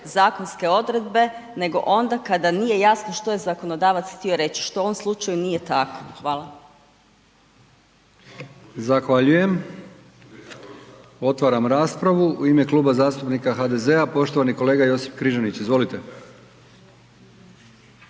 zakonske odredbe nego onda kada nije jasno što je zakonodavac htio reći što u ovom slučaju nije tako. Hvala. **Brkić, Milijan (HDZ)** Zahvaljujem. Otvaram raspravu. U ime Kluba zastupnika HDZ-a poštovani kolega Josip Križanić. Izvolite.